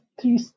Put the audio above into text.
three